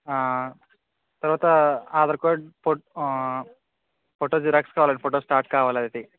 తర్వాత Aadhaar card photo photo Xerox కావాలండి photostat కావాలి ఒకటి